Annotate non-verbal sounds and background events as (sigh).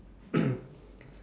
(coughs)